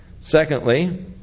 Secondly